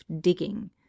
digging